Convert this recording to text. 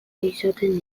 izaten